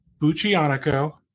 Buccianico